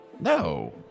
No